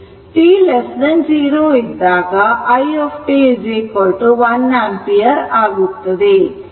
t0 ಇದ್ದಾಗ i t 1 ampere ಆಗುತ್ತದೆ